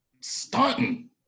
stunting